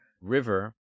River